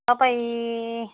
तपाईँ